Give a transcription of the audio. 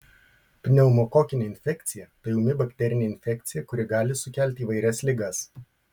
pneumokokinė infekcija tai ūmi bakterinė infekcija kuri gali sukelti įvairias ligas